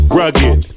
rugged